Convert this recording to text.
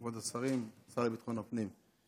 כבוד השרים, השר לביטחון הפנים,